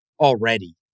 already